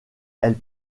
elle